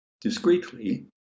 Discreetly